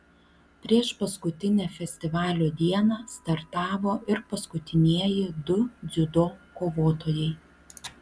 priešpaskutinę festivalio dieną startavo ir paskutinieji du dziudo kovotojai